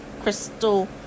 crystal